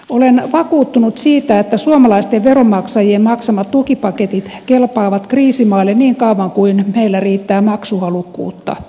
olen vakuuttunut siitä että suomalaisten veronmaksajien maksamat tukipaketit kelpaavat kriisimaille niin kauan kuin meillä riittää maksuhalukkuutta